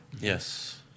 Yes